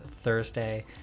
thursday